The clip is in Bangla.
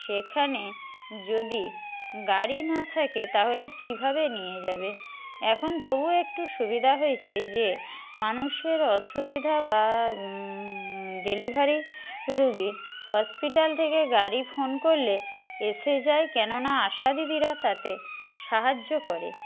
সেখানে যদি গাড়ি না থাকে তাহলে কীভাবে নিয়ে যাবে এখন তবুও একটু সুবিধা হয়েছে যে মানুষের অসুবিধা বা ডেলিভারি রোগীর হসপিটাল থেকে গাড়ি ফোন করলে এসে যায় কেননা আশা দিদিরা তাতে সাহায্য করে